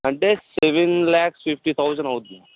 అంటే seven lakhs fifty thousand అవుద్ది ma'am